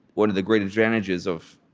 one of the great advantages of